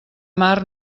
mar